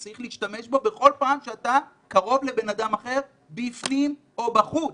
צריך להשתמש בה בכל פעם שאתה בקרבת אדם אחר בפנים או בחוץ,